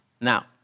Now